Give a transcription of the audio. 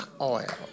oil